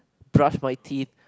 plus brush teeth